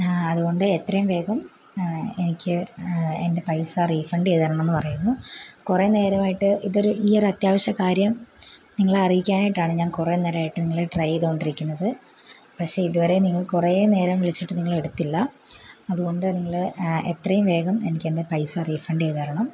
അതുകൊണ്ട് എത്രയും വേഗം എനിക്ക് എൻ്റെ പൈസ റീഫണ്ട് ചെയ്ത തരണംന്ന് പറയുന്നു കുറേ നേരാമായിട്ട് ഇതൊരു ഈയൊരത്യാവശ്യ കാര്യം നിങ്ങളെ അറിയിക്കാനായിട്ടാണ് ഞാൻ കുറേ നേരായിട്ട് നിങ്ങളെ ട്രൈ ചെയ്തോണ്ടിരിക്കുന്നത് പക്ഷേ ഇതുവരെ നിങ്ങൾ കുറേ നേരം വിളിച്ചിട്ടും നിങ്ങളെടുത്തില്ല അതുകൊണ്ട് നിങ്ങൾ എത്രയും വേഗം എനിക്കെൻറ്റെ പൈസ റീഫണ്ട് ചെയ്ത് തരണം